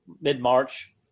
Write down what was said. mid-march